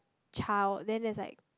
child then there's like